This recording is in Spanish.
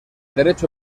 derecho